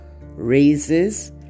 raises